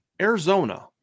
Arizona